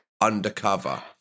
undercover